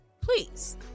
Please